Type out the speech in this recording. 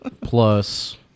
plus